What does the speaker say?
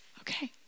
Okay